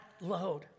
load